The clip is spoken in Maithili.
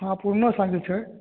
हँ पुरनो साइकिल छै